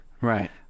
right